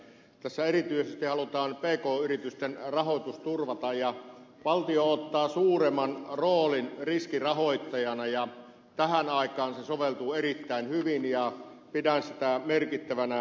tässä erityisesti halutaan pk yritysten rahoitus turvata ja valtio ottaa suuremman roolin riskirahoittajana ja tähän aikaan se soveltuu erittäin hyvin ja pidän sitä merkittävänä avauksena